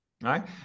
right